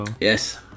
Yes